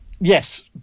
yes